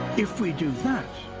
if we do that,